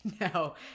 No